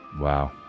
Wow